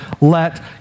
let